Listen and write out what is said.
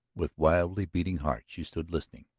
with wildly beating heart she stood listening,